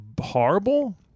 horrible